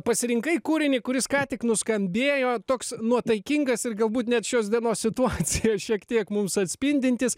pasirinkai kūrinį kuris ką tik nuskambėjo toks nuotaikingas ir galbūt net šios dienos situaciją šiek tiek mums atspindintis